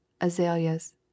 azaleas